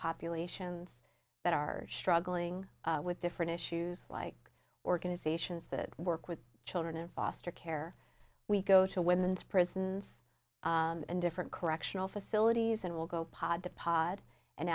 populations that are struggling with different issues like organizations that work with children in foster care we go to women's prisons and different correctional facilities and we'll go pod to pod and